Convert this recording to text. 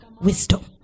wisdom